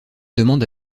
demande